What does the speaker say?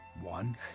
One